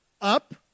up